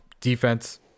defense